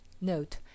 Note